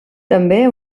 també